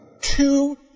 two